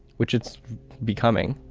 which it's becoming